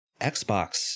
Xbox